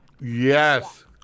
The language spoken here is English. Yes